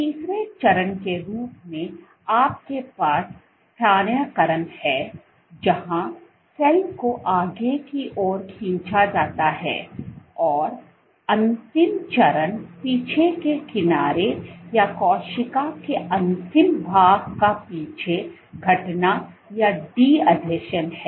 तीसरे चरण के रूप में आपके पास स्थानान्तरण है जहां सेल को आगे की ओर खींचा जाता है और अंतिम चरण पीछे के किनारे या कोशिका के अंतिम भाग का पीछे हटना या डी आसंजन है